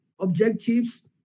objectives